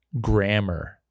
grammar